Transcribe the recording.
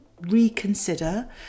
reconsider